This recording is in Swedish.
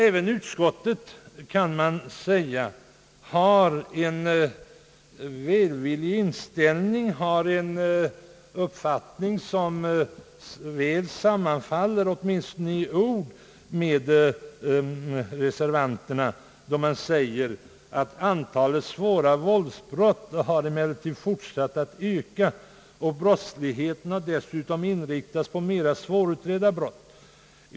Även utskottet kan anses ha en välvillig inställning och en uppfattning, som åtminstone i ord väl sammanfaller med reservanternas, då utskottet skriver: »Antalet svåra våldsbrott har emellertid fortsatt att öka, och brottsligheten har dessutom inriktats på mera svårutredda brott.